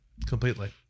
Completely